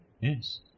Yes